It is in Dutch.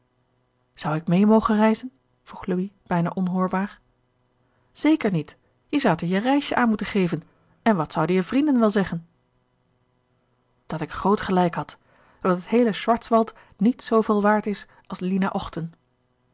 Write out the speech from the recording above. zou ik mee mogen reizen vroeg louis bijna onhoorbaar zeker niet je zoudt er je reisje aan moeten geven en wat zouden je vrienden wel zeggen dat ik groot gelijk had dat het heele schwarzwald niet zooveel waard is als lina ochten